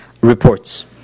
reports